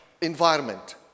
environment